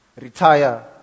retire